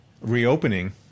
reopening